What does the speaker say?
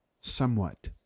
somewhat